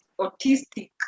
autistic